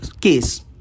case